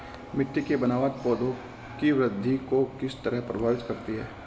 मिटटी की बनावट पौधों की वृद्धि को किस तरह प्रभावित करती है?